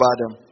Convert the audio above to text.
Adam